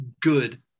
good